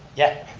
yeah.